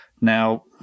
Now